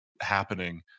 happening